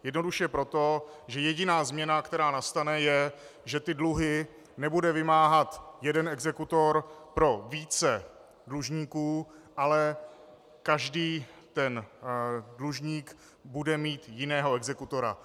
Jednoduše proto, že jediná změna, která nastane, je, že dluhy nebude vymáhat jeden exekutor pro více dlužníků, ale každý dlužník bude mít jiného exekutora.